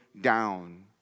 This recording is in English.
down